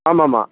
ஆமாம்மா